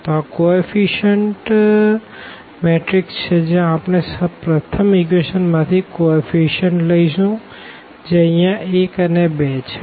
તો આ co efficient matrix છે જ્યાં આપણે પ્રથમ ઇક્વેશન માંથી કો એફ્ફીશીયનટ લઈશું જે અહિયાં 1 અને 2 છે